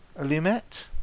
Alumet